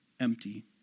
empty